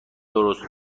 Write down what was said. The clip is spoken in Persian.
درست